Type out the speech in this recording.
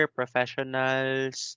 professionals